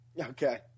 Okay